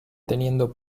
teniendo